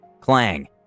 Clang